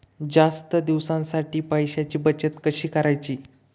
जास्त दिवसांसाठी पैशांची बचत कशी करायची?